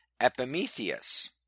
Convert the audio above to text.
Epimetheus